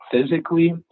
physically